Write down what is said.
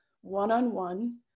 one-on-one